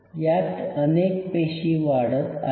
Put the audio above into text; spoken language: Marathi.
यात अनेक पेशी वाढत आहे